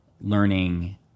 learning